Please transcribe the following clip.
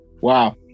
Wow